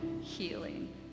healing